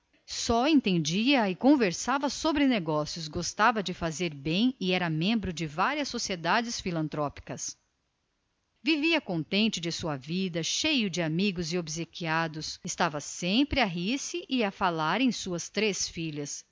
só entendia e só conversava sobre negócios gostava de fazer bem e era membro de várias sociedades filantrópicas vivia contente da vida cheio de amigos e obsequiados estava sempre a rir e a falar das suas três filhas